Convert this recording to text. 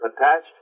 attached